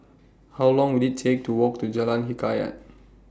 How Long Will IT Take to Walk to Jalan Hikayat